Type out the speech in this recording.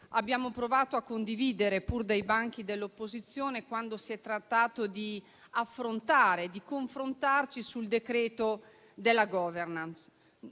abbiamo provato a condividere, pur dai banchi dell'opposizione, quando si è trattato di affrontare e di confrontarci sul decreto della *governance*.